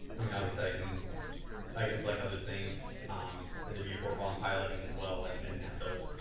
i mean, obviously like and i can select other things in the viewport while i'm piloting as well and and have those.